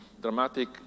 dramatic